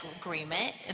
agreement